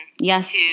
Yes